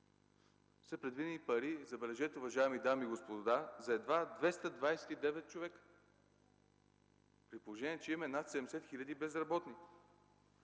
са предвидени пари, забележете, уважаеми дами и господа, за едва 229 човека, при положение че има над 70 хиляди безработни.